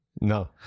no